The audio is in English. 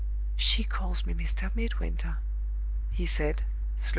she calls me mr. midwinter he said,